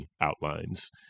outlines